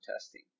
testing